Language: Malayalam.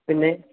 പിന്നെ